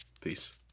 Peace